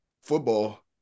football